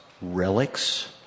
relics